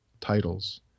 titles